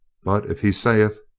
but if he saith,